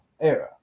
era